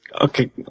okay